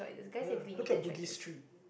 yeah look at Bugis-Street